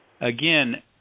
again